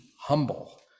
humble